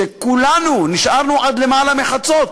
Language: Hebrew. שכולנו נשארנו עד למעלה מחצות,